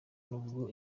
n’ubwo